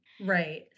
Right